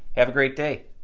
have a great day!